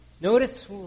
Notice